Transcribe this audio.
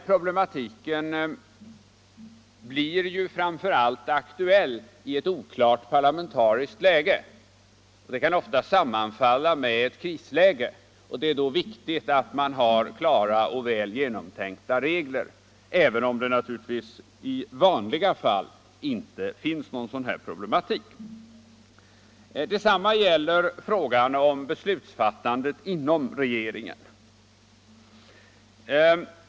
Problematiken blir framför allt aktuell i ett oklart parlamentariskt läge, vilket ofta kan sammanfalla med ett krisläge. Då är det viktigt att man har klara och väl genomtänkta regler, även om det naturligtvis i vanliga fall inte finns någon sådan här problematik. Detsamma gäller frågan om beslutsfattandet inom regeringen.